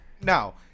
now